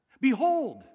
Behold